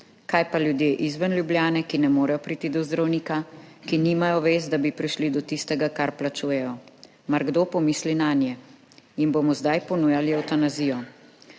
Kaj pa ljudje izven Ljubljane, ki ne morejo priti do zdravnika, ki nimajo vez, da bi prišli do tistega, kar plačujejo? Mar kdo pomisli nanje? Jim bomo zdaj ponujali evtanazijo?